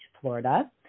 Florida